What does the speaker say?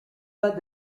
pas